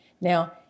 Now